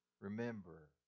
Remember